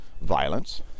violence